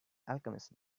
alchemist